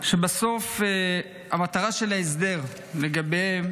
שבסוף המטרה של ההסדר לגביהם